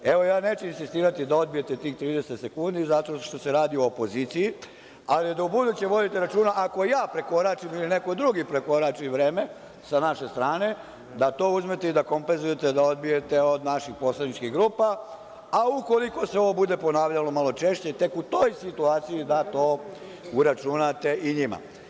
Evo, ja neću insistirati da odbijete tih 30 sekundi, zato što se radi o opoziciji, ali da u buduće vodite računa ako ja prekoračim ili neko drugi prekorači vreme sa naše strane, da to uzmete i da kompenzujete, da odbijete od naših poslaničkih grupa, a ukoliko se ovo bude ponavljalo malo češće, tek u toj situaciji da to uračunate i njima.